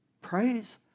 Praise